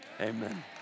Amen